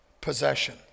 possession